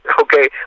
okay